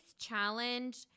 challenge